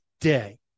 day